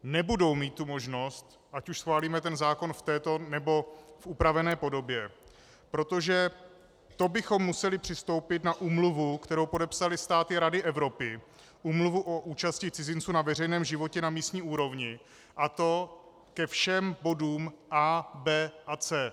Nebudou mít tu možnost, ať už schválíme ten zákon v této, nebo v upravené podobě, protože to bychom museli přistoupit na úmluvu, kterou podepsaly státy Rady Evropy, Úmluvu o účasti cizinců na veřejném životě na místní úrovni, a to ke všem bodům A, B a C.